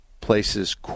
places